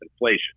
inflation